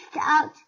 out